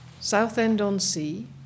Southend-on-Sea